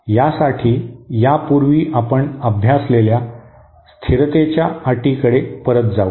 यासाठी यापूर्वी आपण अभ्यासलेल्या स्थिरतेच्या अटीकडे परत जाऊ